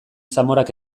zamorak